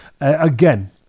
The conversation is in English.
Again